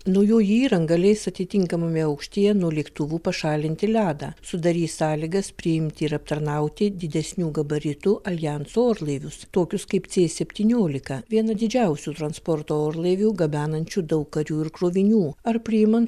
naujoji įranga leis atitinkamame aukštyje nuo lėktuvų pašalinti ledą sudarys sąlygas priimti ir aptarnauti didesnių gabaritų aljanso orlaivius tokius kaip c septyniolika vieną didžiausių transporto orlaivių gabenančių daug karių ir krovinių ar priiman